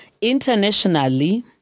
Internationally